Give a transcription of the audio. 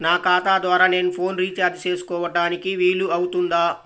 నా ఖాతా ద్వారా నేను ఫోన్ రీఛార్జ్ చేసుకోవడానికి వీలు అవుతుందా?